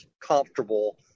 comfortable